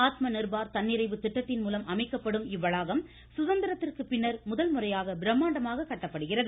ஆத்ம நிர்பார் தன்னிறைவு திட்டத்தின் மூலம் அமைக்கப்படும் இவவளாகம் சுதந்திரத்திற்கு பின்னர் முதன்முறையாக பிரம்மாண்டமாக கட்டப்படுகிறது